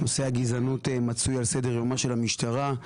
מצוי על סדר-יומה של המשטרה.